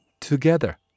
together